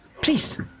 Please